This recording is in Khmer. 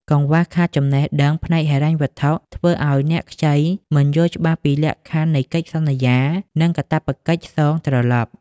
កង្វះខាតចំណេះដឹងផ្នែកហិរញ្ញវត្ថុ ធ្វើឱ្យអ្នកខ្ចីមិនយល់ច្បាស់ពីលក្ខខណ្ឌនៃកិច្ចសន្យា និងកាតព្វកិច្ចសងត្រឡប់។